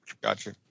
Gotcha